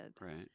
Right